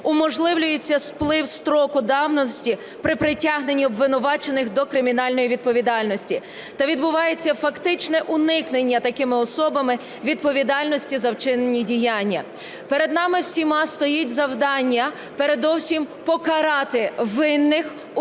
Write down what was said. уможливлюється сплив строку давності при притягненні обвинувачених до кримінальної відповідальності та відбувається фактичне уникнення такими особами відповідальності за вчинені діяння. Перед нами всіма стоїть завдання – передовсім покарати винних у